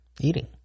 Eating